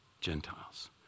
Gentiles